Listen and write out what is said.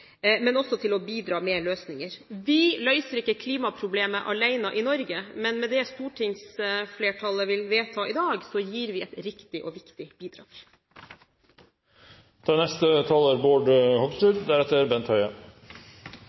men også til å bidra med løsninger. Vi løser ikke klimaproblemet alene i Norge, men med det stortingsflertallet vil vedta i dag, gir vi et riktig og viktig